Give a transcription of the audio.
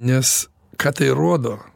nes ką tai rodo